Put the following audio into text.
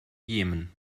jemen